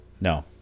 No